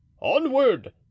onward